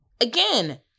Again